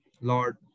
Lord